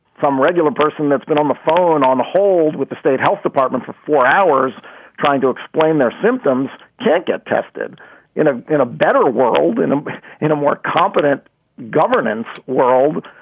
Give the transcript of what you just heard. some regular person that's been on the phone on hold with the state health department for for hours trying to explain their symptoms, can't get tested in ah in a better world, in ah in a more competent governance world.